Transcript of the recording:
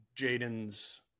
Jaden's